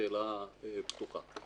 שאלה פתוחה.